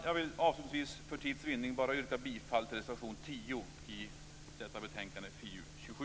Jag vill avslutningsvis för tids vinnande yrka bifall bara till reservation 10 i FiU27.